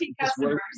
customers